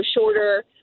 shorter